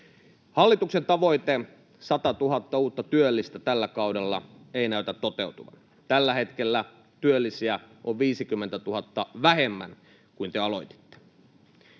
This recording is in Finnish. Hallituksen tavoite, 100 000 uutta työllistä tällä kaudella, ei näytä toteutuvan. Tällä hetkellä työllisiä on 50 000 vähemmän kuin silloin,